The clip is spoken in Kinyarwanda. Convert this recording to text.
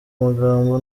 magambo